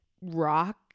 rock